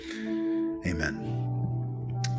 Amen